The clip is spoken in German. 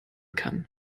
kann